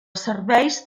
serveis